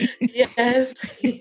Yes